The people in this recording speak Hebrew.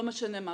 לא משנה מה,